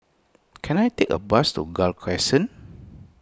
can I take a bus to Gul Crescent